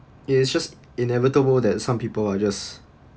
ya it's just inevitable that some people are just